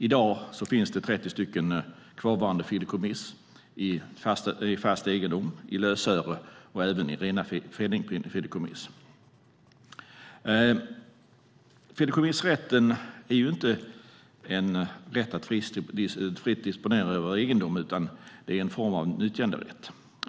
I dag finns det 30 fideikommiss i fast egendom, i lösöre och i ren penningfideikommiss. Fideikommissrätten är inte en rätt att fritt disponera egendom, utan en form av nyttjanderätt.